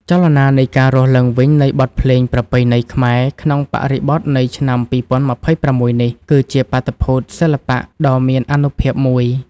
ចលនានៃការរស់ឡើងវិញនៃបទភ្លេងប្រពៃណីខ្មែរ ក្នុងបរិបទនៃឆ្នាំ ២០២៦ នេះ គឺជាបាតុភូតសិល្បៈដ៏មានអានុភាពមួយ។